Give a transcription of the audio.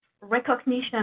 recognition